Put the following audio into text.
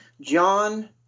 John